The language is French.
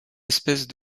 espèces